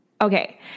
Okay